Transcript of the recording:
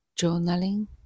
journaling